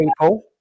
people